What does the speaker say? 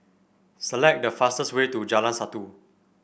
select the fastest way to Jalan Satu